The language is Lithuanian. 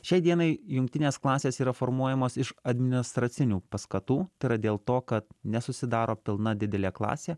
šiai dienai jungtinės klasės yra formuojamos iš administracinių paskatų tai yra dėl to kad nesusidaro pilna didelė klasė